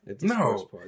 No